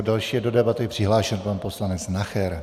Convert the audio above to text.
Další je do debaty přihlášen pan poslanec Nacher.